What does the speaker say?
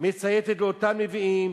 מציית לאותם נביאים,